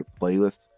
playlist